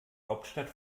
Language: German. hauptstadt